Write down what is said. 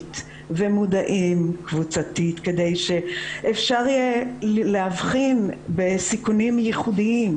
מגדרית ומודעים קבוצתית כדי שאפשר יהיה להבחין בסיכונים ייחודיים,